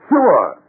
Sure